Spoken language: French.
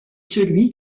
celui